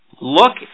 Look